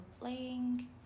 playing